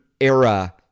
era